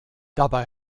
dabei